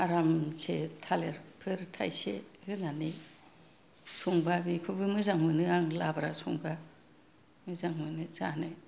आरामसे थालिरफोर थाइसे होनानै संबा बेखौबो मोजां मोनो आं लाब्रा संबा मोजां मोनो जानो